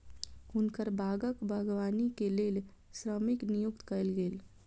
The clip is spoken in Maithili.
हुनकर बागक बागवानी के लेल श्रमिक नियुक्त कयल गेल